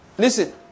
Listen